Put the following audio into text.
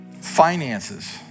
Finances